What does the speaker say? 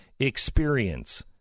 experience